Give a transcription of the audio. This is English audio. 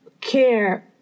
care